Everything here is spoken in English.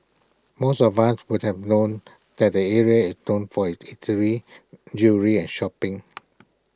most of us would have known that the area is known for its eateries jewellery and shopping